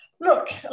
Look